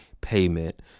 payment